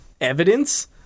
evidence